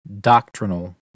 doctrinal